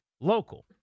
local